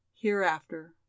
hereafter